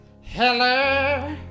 Hello